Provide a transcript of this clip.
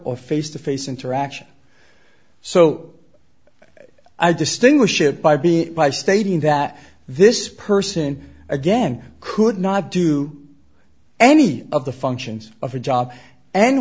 or face to face interaction so i distinguish it by being by stating that this person again could not do any of the functions of a job and